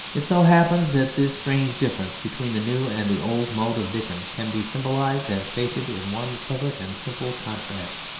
it so happens that this strange difference between the new and the old mode of dickens can be symbolised and stated in one separate and simple contrast.